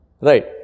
Right